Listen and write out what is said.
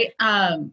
Right